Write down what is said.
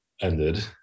ended